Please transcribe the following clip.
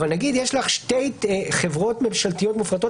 אבל נגיד יש לך שתי חברות ממשלתיות מופרטות